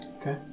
Okay